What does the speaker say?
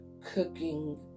cooking